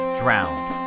drowned